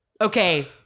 Okay